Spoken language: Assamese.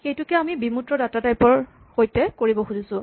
সেইটোকে আমি বিমূৰ্ত ডাটা টাইপ ৰ সৈতে কৰিব খুজিছোঁ